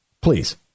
Please